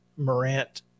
Morant